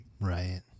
Right